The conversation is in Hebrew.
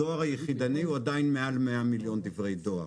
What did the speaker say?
הדואר היחידני הוא עדיין מעל 100 מיליון דברי דואר.